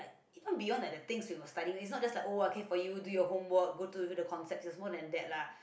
even beyond like the things we were studying it's not just like oh okay for you do your homework go through the concepts it's more than that lah